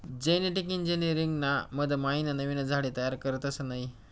genetic engineering ना मधमाईन नवीन झाडे तयार करतस नयी